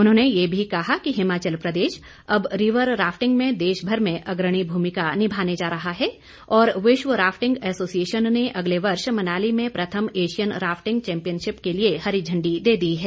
उन्होंने ये भी कहा कि हिमाचल प्रदेश अब रीवर राफिटंग में देशभर में अग्रणी भूमिका निभाने जा रहा है और विश्व राफ़िटंग एसोसिएशन ने अगले वर्ष मनाली में प्रथम एशियन राफ़िटंग चैम्पिनशिप के लिए हरी झंडी दे दी है